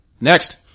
Next